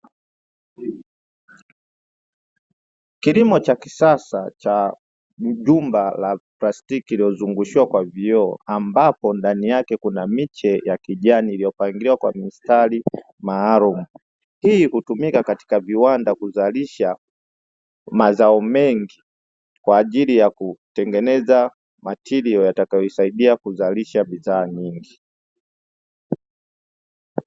Kilimo cha kisasa cha mjumba la plastiki uliozungushiwa kwa vioo ambapo ndani yake kuna miche ya kijani, iliopangiliwa kwa mistari maalumu hii hutumika katika viwanda kuzalisha mazao mengi kwaajili ya kutengeneza matirio, kwa ajili ya kuzalisha bidhaa nyingi.